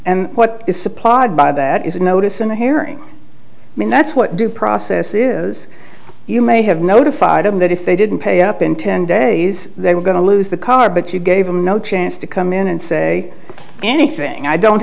and what is supplied by that is a notice in the herring i mean that's what due process is you may have notified them that if they didn't pay up in ten days they were going to lose the car but you gave them no chance to come in and say anything i don't